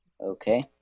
Okay